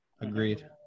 Agreed